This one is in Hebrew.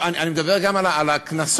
אני מדבר גם על הקנסות.